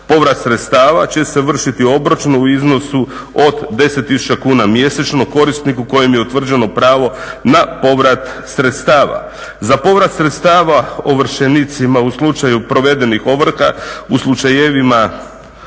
Povrat sredstava će se vršiti u obračunu u iznosu od 10 tisuća kuna mjesečno, korisniku kojem je utvrđeno pravo na povrat sredstava. Na povrat sredstava ovršenicima u slučaju provedenih ovrha u slučajevima